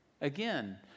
Again